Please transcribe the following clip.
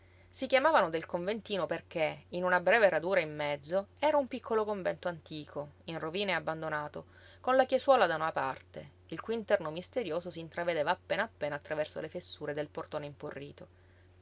si chiamavano del conventino perché in una breve radura in mezzo era un piccolo convento antico in rovina e abbandonato con la chiesuola da una parte il cui interno misterioso s'intravedeva appena appena attraverso le fessure del portone imporrito